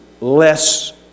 less